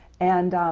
and